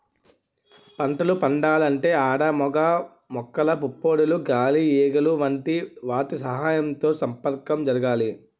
పంటలు పండాలంటే ఆడ మగ మొక్కల పుప్పొడులు గాలి ఈగలు వంటి వాటి సహాయంతో సంపర్కం జరగాలి